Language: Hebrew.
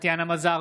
טטיאנה מזרסקי,